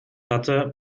hatte